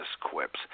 Quips